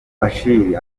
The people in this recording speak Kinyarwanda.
bashir